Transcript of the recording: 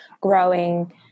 growing